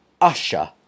usher